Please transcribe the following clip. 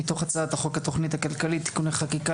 מתוך הצעת החוק התכנית הכלכלית (תיקוני חקיקה